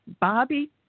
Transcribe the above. Bobby